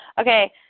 Okay